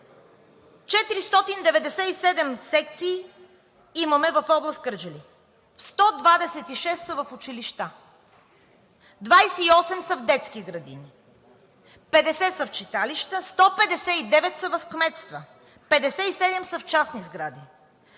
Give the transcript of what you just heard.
497 секции имаме в област Кърджали, 126 са в училища, 28 са в детски градини, 50 са в читалища, 159 са в кметства, 57 са в частни сгради.